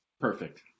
Perfect